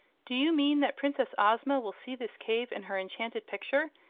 do you mean that princess ozma will see this cave in her enchanted picture,